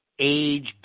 age